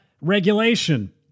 regulation